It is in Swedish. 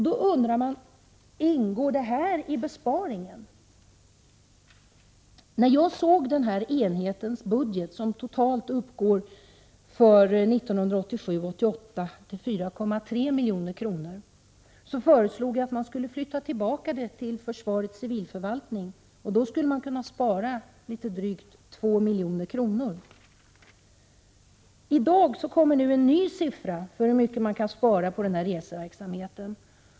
Då undrar jag: Ingår detta i besparingen? När jag såg den här enhetens budget, som för 1987/88 uppgår till totalt 4,3 milj.kr. föreslog jag att reseverksamheten skulle flyttas tillbaka till försvarets civilförvaltning. Då skulle staten kunna spara litet drygt 2 milj.kr. I dag kommer en ny siffra för hur mycket som kan sparas på reseverksamheten.